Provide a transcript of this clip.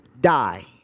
die